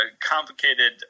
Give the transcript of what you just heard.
complicated